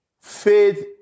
faith